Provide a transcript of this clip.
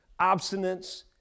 obstinance